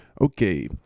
Okay